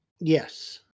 Yes